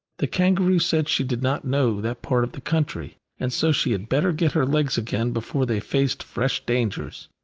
the kangaroo said she did not know that part of the country, and so she had better get her legs again before they faced fresh dangers.